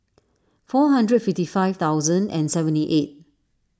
four hundred fifty five thousand and seventy eight